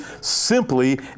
simply